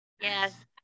Yes